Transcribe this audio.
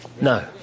No